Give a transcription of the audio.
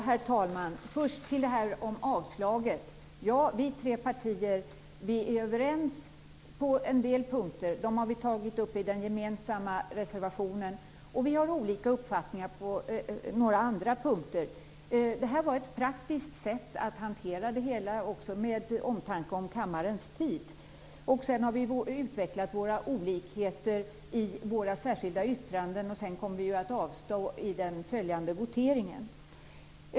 Herr talman! Först vill jag ta upp diskussionen om avslaget. Vi tre partier är överens på en del punkter. Dem har vi tagit upp i den gemensamma reservationen. Vi har olika uppfattningar på några andra punkter. Detta var ett praktiskt sätt att hantera det hela, också med omtanke om kammarens tid. Sedan har vi utvecklat våra olikheter i våra särskilda yttranden. Vi kommer också att avstå i den votering som följer.